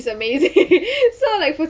~s it's amazing so like